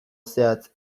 zehatz